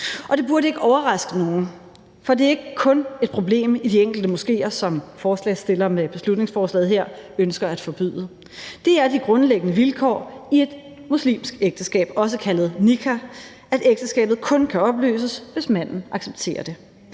det burde ikke overraske nogen, for det er ikke kun et problem i de enkelte moskéer, som forslagsstillerne af beslutningsforslaget her ønsker at forbyde. De er de grundlæggende vilkår i et muslimsk ægteskab – også kaldet nikah – nemlig at ægteskabet kun kan opløses, hvis manden accepterer det.